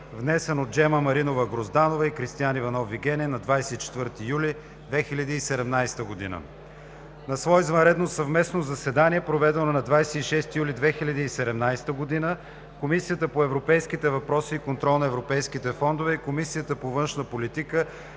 внесен от Джема Маринова Грозданова и Кристиан Иванов Вигенин на 24 юли 2017 г. На свое извънредно съвместно заседание, проведено на 26 юли 2017 г., Комисията по европейските въпроси и контрол на европейските фондове и Комисията по външна политика